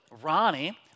Ronnie